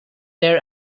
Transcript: their